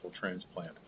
transplant